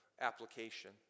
application